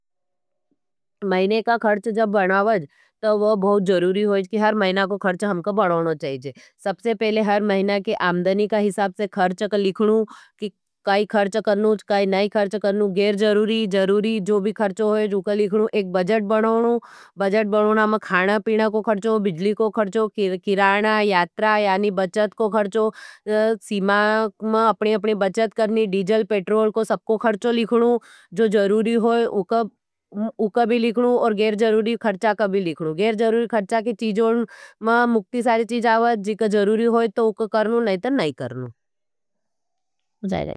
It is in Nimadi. महिने का खर्च जब बनावज, तो वो बहुत जरूरी होईज, कि हर महिना को खर्च हमका बढ़ाऊना चाहिज। सबसे पहले हर महिना के आमदनी का हिसाब से खर्च को लिखनू, कि काई खर्च करनू, काई नई खर्च करनू, गेर जरूरी, जरूरी, जो भी खर्चो होई, जो को लिखनू, एक बज़ट बनावनू, बज़ट बनावना में खाना, पीना को खर्चो, बिजली को खर्चो, किर किराना, यात्रा यानी बज़ट को खरचो, सीमा अपने-अपनी बज़ट करनी, डेजल, पेट्रोल को सबको खर्चो लिखनू। जो जरूरी होई उको भी लिखनू और गेर जरूरी खर्चा का भी लिखनू, गेर जरूरी खर्चा की चीज़ों में मुक्ती सारी चीज़ा जीक जरूरी होई तो करनू, नहीं तो नहीं करनू।